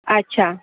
अच्छा